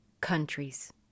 countries